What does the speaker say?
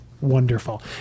wonderful